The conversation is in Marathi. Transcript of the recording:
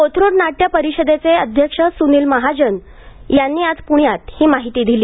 कोथरूड नाट्य परिषदेचे अध्यक्ष सुनील महाजन यांनी आज पुण्यात ही माहिती दिली